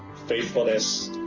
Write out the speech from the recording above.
faithfulness,